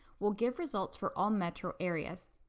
will give results for all metro areas.